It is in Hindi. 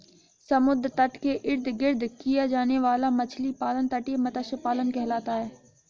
समुद्र तट के इर्द गिर्द किया जाने वाला मछली पालन तटीय मत्स्य पालन कहलाता है